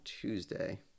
Tuesday